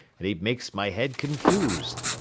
and it makes my head confused.